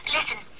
Listen